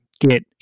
get